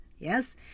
Yes